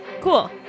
Cool